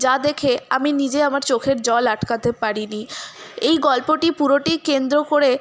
যা দেখে আমি নিজে আমার চোখের জল আটকাতে পারিনি এই গল্পটি পুরোটি কেন্দ্র করে